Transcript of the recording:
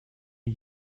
die